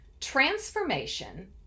transformation